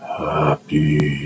happy